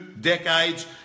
decades